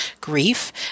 Grief